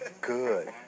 Good